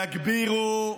יגבירו.